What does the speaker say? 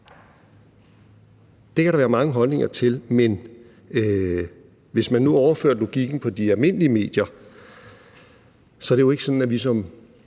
Det kan der være mange holdninger til, men hvis man nu overfører logikken på de almindelige medier, så er det jo ikke sådan, at vi som